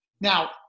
Now